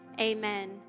Amen